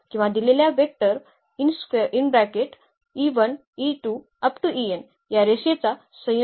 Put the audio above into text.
तर इथे पुन्हा असे म्हटले तर असे बहुपद दिले की ज्याला हे म्हणतात जे आपल्याकडे या जागेवर सामान्य बहुपद आहे ते पदवीचे बहुपद n किंवा त्यापेक्षा कमी आहेत